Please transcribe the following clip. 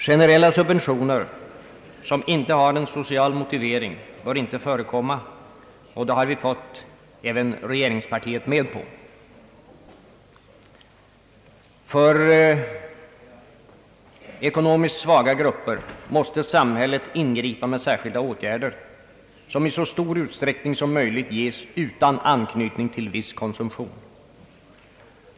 Generella subventioner som inte har någon social motivering bör inte förekomma, och den ståndpunkten har vi fått även regeringen med på. För ekonomiskt svaga grupper måste samhället ingripa med särskilda åtgärder som i så stor utsträckning som möjligt ges utan anknytning till viss konsumtion.